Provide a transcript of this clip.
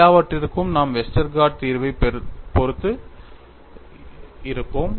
எல்லாவற்றிற்கும் நாம் வெஸ்டர்கார்ட் தீர்வைப் பொறுத்து இருப்போம்